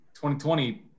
2020